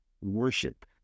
worship